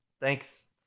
Thanks